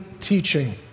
teaching